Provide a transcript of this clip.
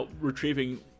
retrieving